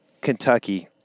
Kentucky